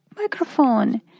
microphone